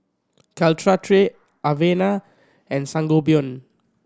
Caltrate Avene and Sangobion